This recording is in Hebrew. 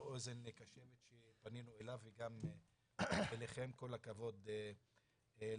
אוזן קשבת כשפנינו אליו וגם אליכם כל הכבוד לכם.